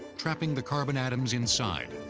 trapping the carbon atoms inside.